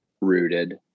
rooted